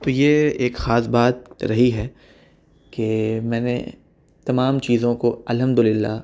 تو یہ ایک خاص بات رہی ہے کہ میں نے تمام چیزوں کو الحمدللہ